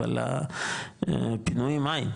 אבל הפינויים איין,